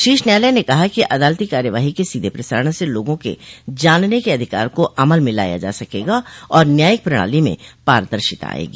शीर्ष न्याायालय ने कहा कि अदालती कार्यवाही के सीधे प्रसारण से लोगों के जानने के अधिकार को अमल में लाया जा सकेगा और न्यायिक प्रणाली में पारदर्शिता आएगी